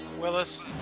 willis